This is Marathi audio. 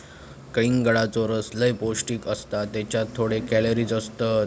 कलिंगडाचो रस लय पौंष्टिक असता त्येच्यात थोडेच कॅलरीज असतत